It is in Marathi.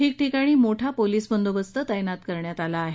ठिकठिकाणी मोठा पोलीस बंदोबस्त तैनात करण्यात आला आहे